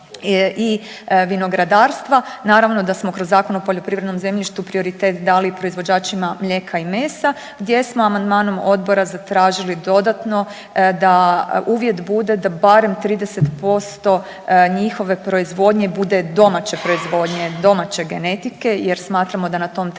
i vinogradarstva. Naravno da smo kroz Zakon o poljoprivrednom zemljištu prioritet dali i proizvođačima mlijeka i mesa gdje smo amandmanom odbora zatražili dodatno da uvjet bude da barem 30% njihove proizvodnje bude domaće proizvodnje, domaće genetike jer smatramo da na tom trebamo